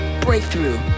Breakthrough